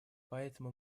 поэтому